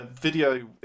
video